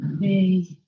Hey